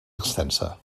extensa